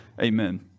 amen